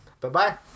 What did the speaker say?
Bye-bye